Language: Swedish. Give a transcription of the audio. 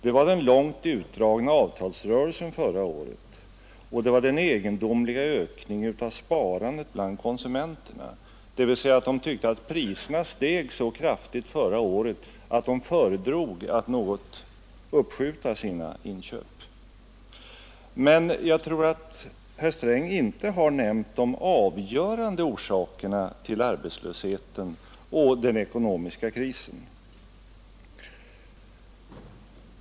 Det var den långt utdragna avtalsrörelsen förra året, och det var den egendomliga ökningen av sparandet bland konsumenterna, dvs. att de tyckte att priserna steg så kraftigt förra året att de föredrog att något uppskjuta sina inköp. Men jag tror att herr Sträng inte har nämnt de avgörande orsakerna till arbetslösheten och den ekonomiska krisen.